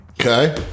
okay